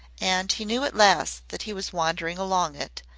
and he knew at last that he was wandering along it,